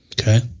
Okay